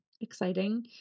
exciting